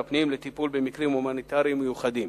הפנים לטיפול במקרים הומניטריים מיוחדים